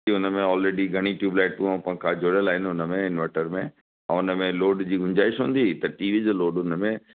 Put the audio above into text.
की हुन में ऑलरेडी घणी ट्यूब्लाइटूं ऐं पंखा जुड़ियल आहिनि हुन में इंवर्टर में ऐं हुन में लोड जी गुंजाइश हूंदी त टी वी जो लोड हुन में